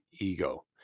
ego